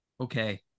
okay